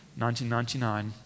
1999